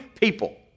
People